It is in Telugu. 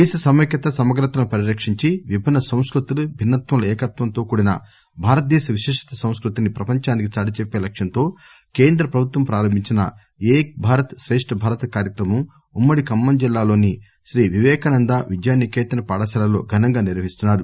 దేశ సమైక్యత సమగ్రతలను పరిరక్షించి విభిన్న సంస్కృతులు భిన్న త్వంలో ఏకత్వంతో కూడిన భారతదేశ విశిష్ట సంస్కృతిని ప్రపంచానికి చాటిచెప్పే లక్ష్యంతో కేంద్ర ప్రభుత్వం ప్రారంభించిన ఏక్ భారత్శ్రేష్ట్ భారత్ కార్యక్రమం ఉమ్మడి ఖమ్మం జిల్లా లోని శ్రీ వివేకానంద విద్యానికేతన్ పాఠశాలలో ఘనంగా నిర్వహిస్తున్నారు